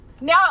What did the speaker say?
now